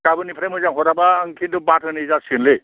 गाबोननिफ्राय मोजां हराबा आं खिन्थु बाद होनाय जासिगोनलै